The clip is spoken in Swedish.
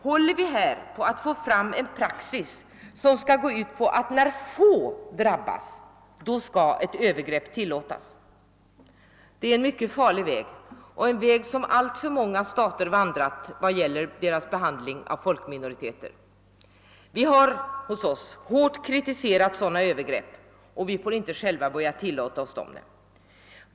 Håller här på att växa fram cen praxis som går ut på att när få drabbas skall ett övergrepp tillåtas? Det är en mycket farlig väg, som alltför många stater vandrat vad gäller deras behandling av folkminoriteter. Vi har hos oss hårt kritiserat sådana övergrepp, och vi får inte själva börja tillåta oss dem.